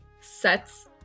sets